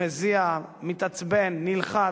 מזיע, מתעצבן, נלחץ.